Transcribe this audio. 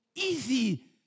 easy